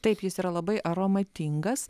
taip jis yra labai aromatingas